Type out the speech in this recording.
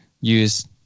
use